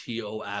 TOS